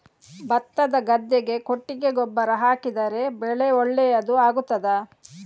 ಭತ್ತದ ಗದ್ದೆಗೆ ಕೊಟ್ಟಿಗೆ ಗೊಬ್ಬರ ಹಾಕಿದರೆ ಬೆಳೆ ಒಳ್ಳೆಯದು ಆಗುತ್ತದಾ?